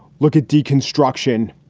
look at deconstruction,